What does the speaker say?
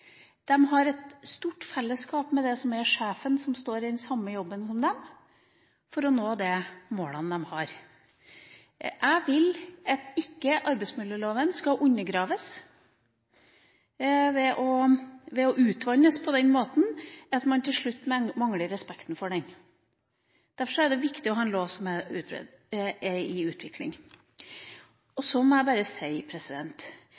dem, for å nå de målene de har. Jeg vil ikke at arbeidsmiljøloven skal undergraves ved å bli utvannet på den måten at man til slutt mangler respekten for den. Derfor er det viktig å ha en lov som er i utvikling.